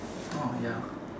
oh ya